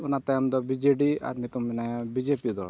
ᱚᱱᱟ ᱛᱟᱭᱚᱢ ᱫᱚ ᱵᱤᱡᱮᱰᱤ ᱟᱨ ᱱᱤᱛᱚᱝ ᱢᱮᱱᱟᱭᱟ ᱵᱤᱡᱮᱯᱤ ᱫᱚᱞ